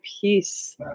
peace